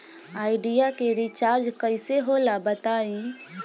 Idea के recharge कइसे होला बताई?